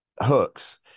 hooks